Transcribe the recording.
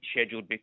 scheduled